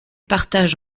partage